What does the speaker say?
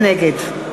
נגד